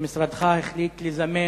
שמשרדך החליט לזמן